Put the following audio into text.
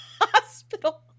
hospital